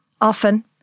Often